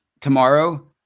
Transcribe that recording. tomorrow